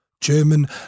German